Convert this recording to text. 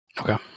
Okay